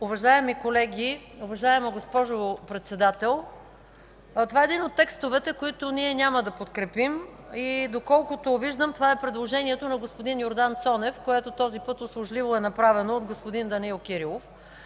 Уважаеми колеги, уважаема госпожо Председател! Това е един от текстовете, които ние няма да подкрепим. Доколкото виждам, това е предложението на господин Йордан Цонев, което този път услужливо е направено от господин Данаил Кирилов.